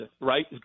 right